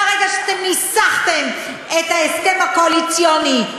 מרגע שניסחתם את ההסכם הקואליציוני,